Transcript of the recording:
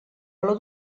baló